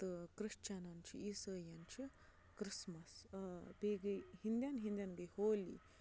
تہٕ کِرٛسچَنَن چھُ عیٖسٲیَن چھُ کِرٛسمَس آ بیٚیہِ گٔے ہِندٮ۪ن ہِندٮ۪ن گٔے ہولی